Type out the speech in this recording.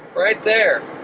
right there.